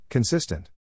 Consistent